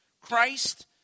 Christ